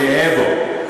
אני גאה בו.